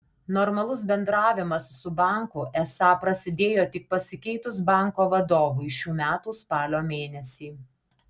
normalus bendravimas su banku esą prasidėjo tik pasikeitus banko vadovui šių metų spalio mėnesį